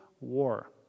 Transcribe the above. war